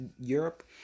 Europe